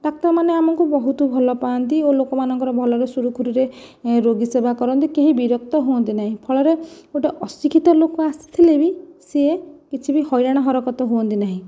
ଡାକ୍ତରମାନେ ଆମକୁ ବହୁତ ଭଲ ପାଆନ୍ତି ଓ ଲୋକମାନଙ୍କର ଭଲରେ ସୁରୁଖୁରରେ ରୋଗୀ ସେବା କରନ୍ତି କେହି ବିରକ୍ତ ହୁଅନ୍ତି ନାହିଁ ଫଳରେ ଗୋଟିଏ ଅଶିକ୍ଷିତ ଲୋକ ଆସିଥିଲେ ବି ସିଏ କିଛି ବି ହଇରାଣ ହରକତ ହୁଅନ୍ତି ନାହିଁ